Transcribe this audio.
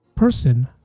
person